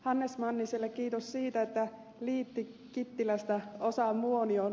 hannes manniselle kiitos siitä että hän liitti kittilästä osan muonioon